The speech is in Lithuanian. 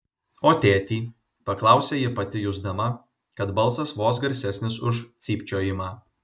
o tėtį paklausė ji pati jusdama kad balsas vos garsesnis už cypčiojimą